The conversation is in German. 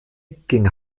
ging